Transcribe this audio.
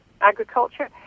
agriculture